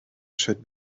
should